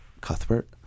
cuthbert